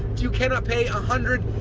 you cannot pay a hundred,